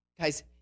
Guys